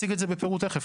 נציג את זה בפירוט תיכף,